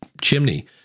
chimney